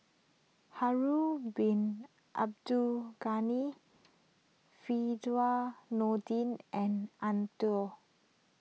Harun Bin Abdul Ghani Firdaus Nordin and Eng Tow